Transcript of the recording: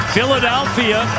Philadelphia